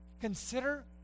Consider